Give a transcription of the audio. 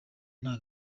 nta